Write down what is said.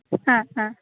ആ ആ